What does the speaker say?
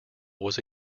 was